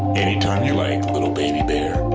anytime you like, little baby bear.